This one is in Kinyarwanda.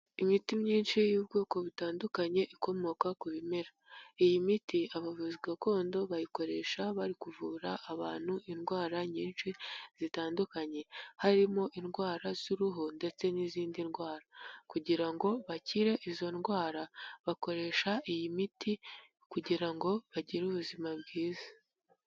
Imiti myinshi y'ubwoko butandukanye ikomoka ku bimera, iyi miti abavuzi gakondo bayikoresha bari kuvura abantu indwara nyinshi zitandukanye, harimo indwara z'uruhu ndetse n'izindi ndwara kugira ngo bakire izo ndwara, bakoresha iyi miti kugira ngo bagire ubuzima bwiza.